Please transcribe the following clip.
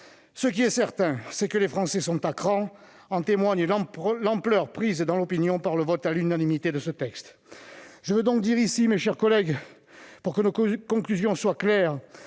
Ce qui est certain, c'est que les Français sont à cran ; en témoigne l'ampleur prise dans l'opinion par le vote à l'unanimité de ce texte. Je veux donc dire ici, mes chers collègues, pour que nos conclusions soient claires,